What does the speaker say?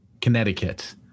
Connecticut